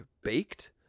baked